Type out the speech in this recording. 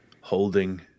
holding